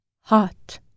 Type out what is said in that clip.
hot